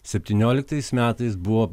septynioliktais metais buvo